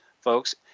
folks